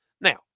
Now